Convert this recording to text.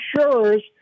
insurers